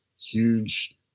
huge